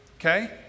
okay